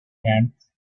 ants